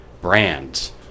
Brands